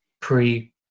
pre